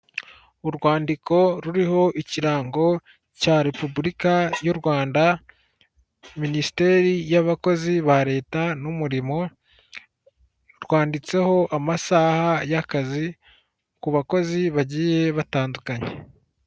Urwandiko ruriho ikirango cya repubulika y'u Rwanda, minisiteri y'abakozi ba leta n'umurimo, rwanditseho amasaha y'akazi ku bakozi bagiye batandukanye.